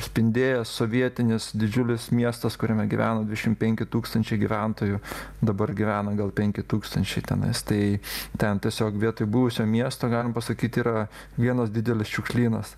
spindėjo sovietinis didžiulis miestas kuriame gyveno dvidešim penki tūkstančiai gyventojų dabar gyvena gal penki tūkstančiai tenai tai ten tiesiog vietoj buvusio miesto galim pasakyt yra vienas didelis šiukšlynas